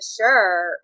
sure